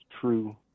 true